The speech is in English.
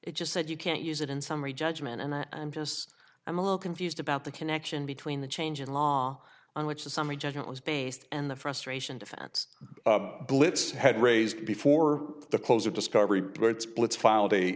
it just said you can't use it in summary judgment and i'm just i'm a little confused about the connection between the change in law on which the summary judgment was based and the frustration defense blitz had raised before the close of discovery but its blitz filed a